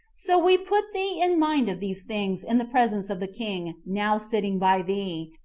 so we put thee in mind of these things in the presence of the king, now sitting by thee,